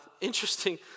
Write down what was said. Interesting